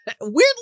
Weirdly